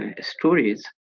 stories